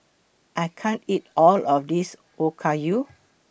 I can't eat All of This Okayu